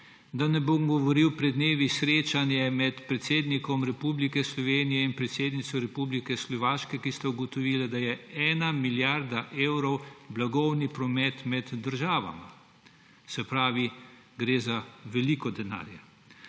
Da ne bom govoril o srečanju med predsednikom Republike Slovenije in predsednico Republike Slovaške pred dnevi, kjer sta ugotovila, da je 1 milijarda evrov blagovnega prometa med državama. Se pravi, gre za veliko denarja.